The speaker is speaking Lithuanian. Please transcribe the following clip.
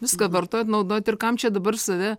viską vartojat naudojat ir kam čia dabar save